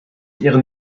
ihren